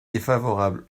défavorable